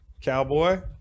Cowboy